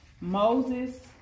Moses